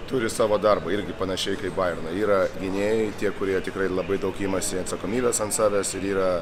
turi savo darbą irgi panašiai kaip bajerne yra gynėjai tie kurie tikrai labai daug imasi atsakomybės ant savęs ir yra